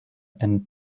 and